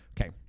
Okay